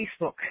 Facebook